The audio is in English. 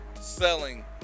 selling